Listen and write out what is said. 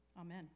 amen